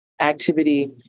activity